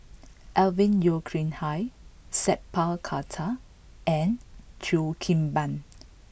Alvin Yeo Khirn Hai Sat Pal Khattar and Cheo Kim Ban